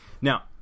Now